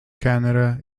canada